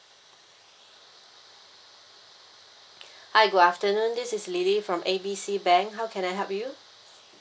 hi good afternoon this is lily from A B C bank how can I help you